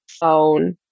phone